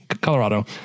Colorado